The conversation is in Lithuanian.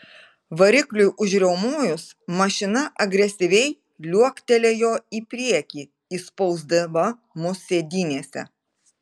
varikliui užriaumojus mašina agresyviai liuoktelėjo į priekį įspausdama mus sėdynėse